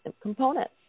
components